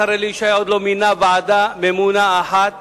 השר אלי ישי עוד לא מינה ועדה ממונה אחת